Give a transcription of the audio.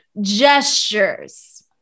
gestures